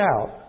out